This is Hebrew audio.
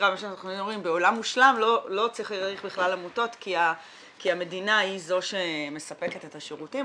בעולם מושלם לא צריך בכלל עמותות כי המדינה היא זו שמספקת את השירותים,